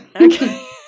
Okay